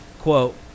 quote